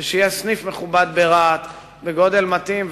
ושיהיה סניף מכובד ברהט בגודל מתאים,